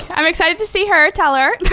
i'm excited to see her, tell her.